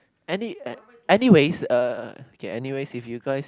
any anyways err okay anyways if you guys